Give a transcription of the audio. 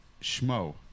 schmo